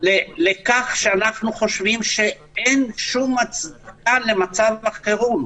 לכך שאנחנו חושבים שאין שום הצדקה למצב החירום.